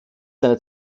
seine